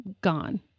gone